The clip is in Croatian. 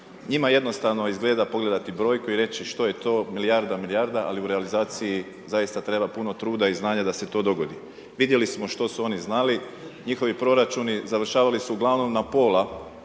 njima jednostavno izgleda pogledati brojku i reći što je to, milijarda i milijarda ali u realizaciji zaista treba puno truda i znanja da se to dogodi. Vidjeli smo što su oni znali, njihovi proračuni završavali su uglavnom na pola